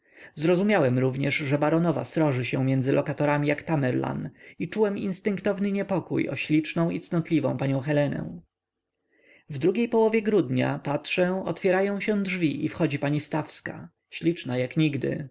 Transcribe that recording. zrozumiałem również że baronowa sroży się między lokatorami jak tamerlan i czułem instynktowy niepokój o śliczną i cnotliwą panią helenę w drugiej połowie grudnia patrzę otwierają się drzwi i wchodzi pani stawska śliczna jak nigdy